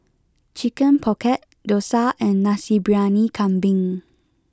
Chicken Pocket Dosa and Nasi Briyani Kambing